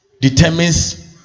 determines